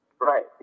Right